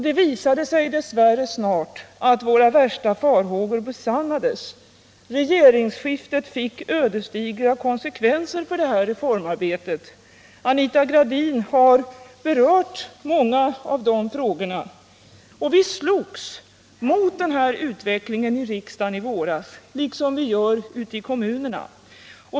Det visade sig dess värre snart att våra värsta farhågor besannades. Regeringsskiftet fick ödesdigra konsekvenser för reformarbetet. Anita Gradin har nyss berört många av dessa frågor. Vi slogs emot denna utveckling i riksdagen i våras, liksom vi gör ute i kommunerna.